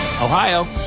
Ohio